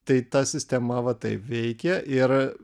tai ta sistema va taip veikė ir